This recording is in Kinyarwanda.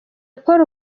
paul